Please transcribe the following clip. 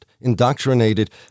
indoctrinated